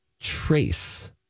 Trace